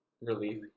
relief